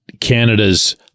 Canada's